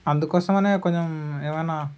అందుకోసమనే కొంచెం ఏమైనా